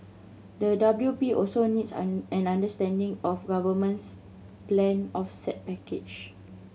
the W P also needs an understanding of government's planned offset package